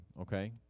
okay